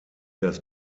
das